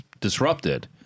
disrupted